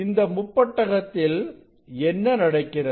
இந்த முப்பட்டகத்தில் என்ன நடக்கிறது